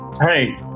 hey